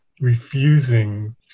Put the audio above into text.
refusing